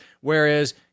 whereas